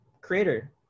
creator